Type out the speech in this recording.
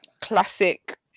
Classic